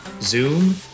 Zoom